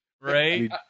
Right